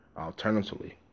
Alternatively